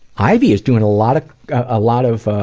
ivy is doing a lot of, a lot of